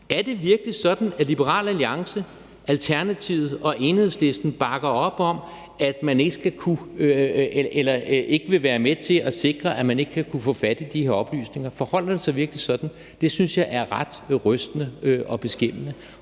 Er det virkelig sådan, at Liberal Alliance, Alternativet og Enhedslisten ikke vil være med til at sikre, at man ikke skal kunne få fat i de her oplysninger? Forholder det sig virkelig sådan? Det synes jeg er ret rystende og beskæmmende,